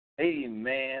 amen